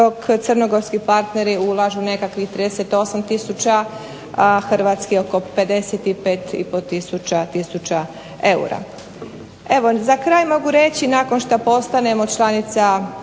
crnogorski partneri ulažu nekakvih 38 tisuća, a hrvatski oko 55 i po tisuća eura. Evo za kraj mogu reći, nakon šta postanemo članica